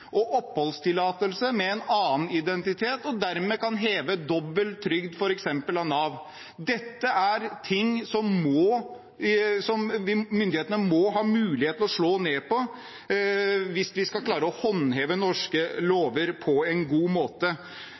og oppholdstillatelse med en annen og dermed f.eks. kan heve dobbel trygd fra Nav. Dette er ting som myndighetene må ha mulighet til å slå ned på hvis de skal klare å håndheve norske lover på en god måte.